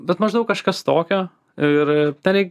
bet maždaug kažkas tokio ir ir tenai